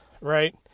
right